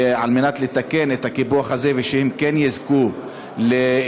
על מנת לתקן את הקיפוח הזה ושהם כן יזכו לגמול